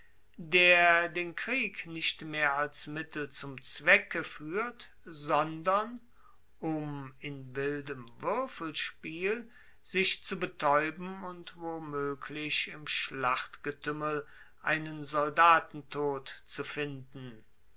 der den krieg nicht mehr als mittel zum zwecke fuehrt sondern um in wildem wuerfelspiel sich zu betaeuben und womoeglich im schlachtgetuemmel einen soldatentod zu finden